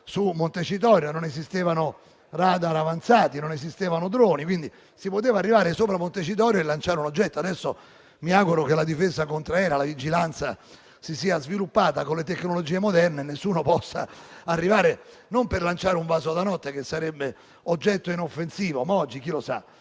su Montecitorio; all'epoca non esistevano *radar* avanzati né droni, quindi si poteva arrivare sopra Montecitorio e lanciare un oggetto; mi auguro che adesso la difesa contraerea e la vigilanza si siano sviluppate e che con le tecnologie moderne nessuno possa arrivare, ma non per lanciare un vaso da notte, che sarebbe oggetto inoffensivo; oggi - chi lo sa